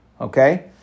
okay